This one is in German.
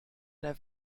der